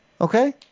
Okay